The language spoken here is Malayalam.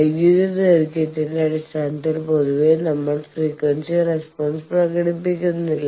വൈദ്യുത ദൈർഘ്യത്തിന്റെ അടിസ്ഥാനത്തിൽ പൊതുവെ നമ്മൾ ഫ്രീക്വൻസി റെസ്പോൺസ് പ്രകടിപ്പിക്കുന്നില്ല